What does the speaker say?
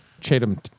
chatham